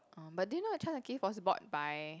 orh but do you know that Charles and Keith was bought by